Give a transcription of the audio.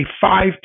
five